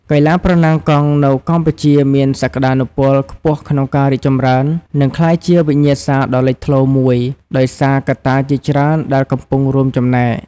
កីឡាប្រណាំងកង់នៅកម្ពុជាមានសក្ដានុពលខ្ពស់ក្នុងការរីកចម្រើន និងក្លាយជាវិញ្ញាសាដ៏លេចធ្លោមួយ ដោយសារកត្តាជាច្រើនដែលកំពុងរួមចំណែក។